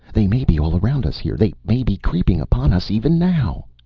they may be all around us here! they may be creeping upon us even now!